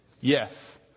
Yes